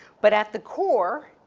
but at the core.